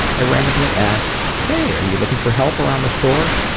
i randomly asked, hey, are you looking for help around the store?